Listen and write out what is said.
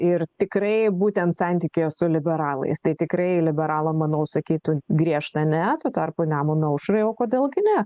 ir tikrai būtent santykyje su liberalais tai tikrai liberalam manau sakytų griežtą ne tuo tarpu nemuno aušrai o kodėl gi ne